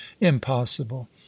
impossible